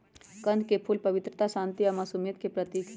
कंद के फूल पवित्रता, शांति आ मासुमियत के प्रतीक हई